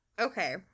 Okay